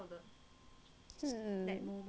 hmm